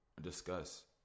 discuss